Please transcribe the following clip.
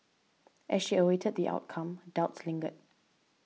as she awaited the outcome doubts lingered